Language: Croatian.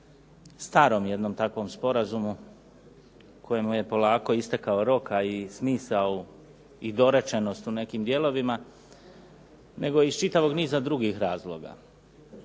starom jednom takvom sporazumu kojemu je polako istekao rok, a i smisao i dorečenost u nekim dijelovima, nego iz čitavog niza drugih razloga.